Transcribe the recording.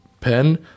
pen